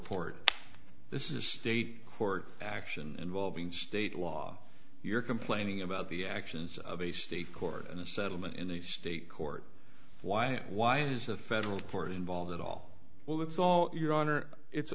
court this is state court action involving state law you're complaining about the actions of a state court and a settlement in the state court why why is a federal court involved at all well that's all your honor it's